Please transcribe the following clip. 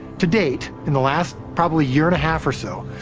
to date, in the last probably year and a half or so,